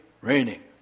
Raining